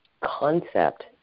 concept